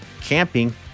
camping